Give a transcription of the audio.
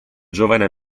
giovane